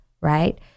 right